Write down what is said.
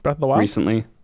recently